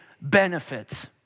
benefits